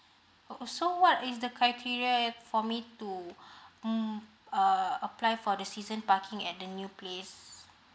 oh so what is the criteria for me to mm uh apply for the season parking at the new place